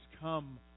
come